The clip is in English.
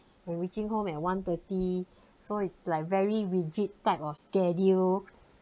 when reaching home at one thirty so it's like very rigid type of schedule